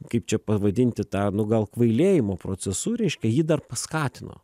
kaip čia pavadinti tą nu gal kvailėjimo procesu reiškia jį dar paskatino